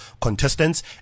contestants